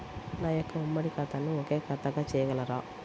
నా యొక్క ఉమ్మడి ఖాతాను ఒకే ఖాతాగా చేయగలరా?